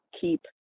keep